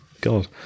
God